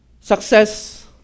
Success